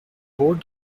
board